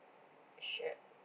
sure